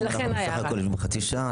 היום יושבים רק חצי שעה.